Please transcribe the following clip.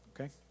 okay